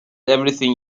everything